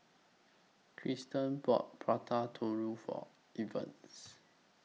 Cristal bought Prata Telur For Evans